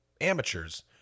amateurs